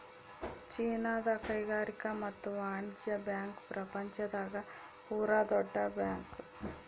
ಚೀನಾದ ಕೈಗಾರಿಕಾ ಮತ್ತು ವಾಣಿಜ್ಯ ಬ್ಯಾಂಕ್ ಪ್ರಪಂಚ ದಾಗ ಪೂರ ದೊಡ್ಡ ಬ್ಯಾಂಕ್